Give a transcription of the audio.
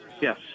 Yes